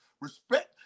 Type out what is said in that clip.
respect